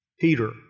Peter